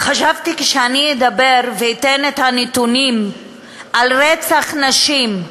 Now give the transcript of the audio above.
חשבתי שכאשר אני אדבר ואתן את הנתונים על רצח נשים,